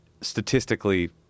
statistically